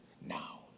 now